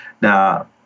Now